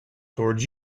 towards